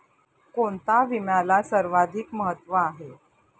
कोणता विम्याला सर्वाधिक महत्व आहे?